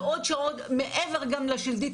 ועוד שעות מעבר גם לשלדי,